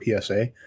PSA